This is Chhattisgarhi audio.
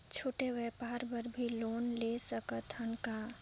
छोटे व्यापार बर भी लोन ले सकत हन का?